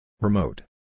Remote